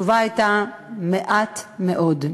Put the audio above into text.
התשובה הייתה: מעט מאוד.